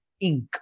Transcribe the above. ink